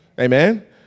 Amen